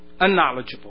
unknowledgeable